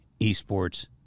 esports